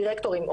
דירקטורים,